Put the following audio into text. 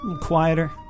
quieter